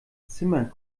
zimmer